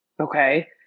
Okay